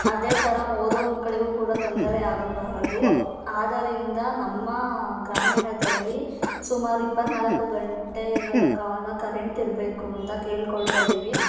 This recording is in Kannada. ಅದೇ ಥರ ಓದುವ ಮಕ್ಕಳಿಗೂ ಕೂಡ ತೊಂದರೆ ಆಗಬಾರದು ಆದ್ದರಿಂದ ನಮ್ಮ ಗ್ರಾಮೀಣದಲ್ಲಿ ಸುಮಾರು ಇಪ್ಪತ್ತ್ನಾಲ್ಕು ಗಂಟೆಗಳ ಕಾಲ ಕರೆಂಟ್ ಇರಬೇಕು ಅಂತ ಕೇಳ್ಕೊಳ್ತಾ ಇದ್ದೀವಿ